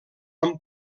amb